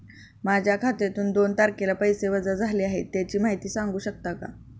माझ्या खात्यातून दोन तारखेला पैसे वजा झाले आहेत त्याची माहिती सांगू शकता का?